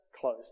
close